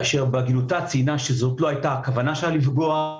שבהגינותה ציינה שזו לא היתה הכוונה שלה לפגוע ---.